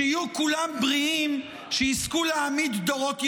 שיהיו כולם בריאים, שיזכו להעמיד דורות ישרים.